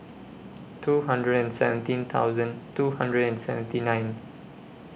two hundred and seventeen thousand two hundred and seventy nine